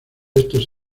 estos